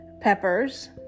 peppers